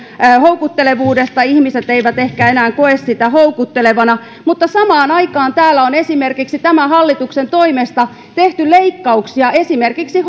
houkuttelevuudesta ihmiset eivät ehkä enää koe sitä houkuttelevana mutta samaan aikaan täällä on tämän hallituksen toimesta tehty leikkauksia esimerkiksi